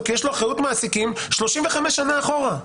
כי יש לו אחריות מעסיקים 35 שנה אחורה.